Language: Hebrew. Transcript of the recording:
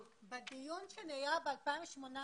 בדיון שהיה ב-2018,